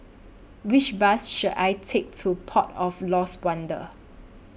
Which Bus should I Take to Port of Lost Wonder